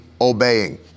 obeying